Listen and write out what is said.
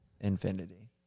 infinity